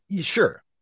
sure